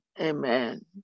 Amen